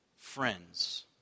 friends